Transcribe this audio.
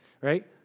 right